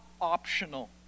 optional